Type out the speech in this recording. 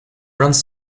runs